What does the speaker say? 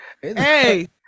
Hey